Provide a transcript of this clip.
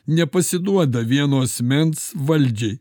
nepasiduoda vieno asmens valdžiai